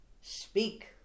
Speak